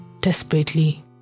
desperately